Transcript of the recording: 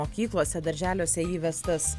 mokyklose darželiuose įvestas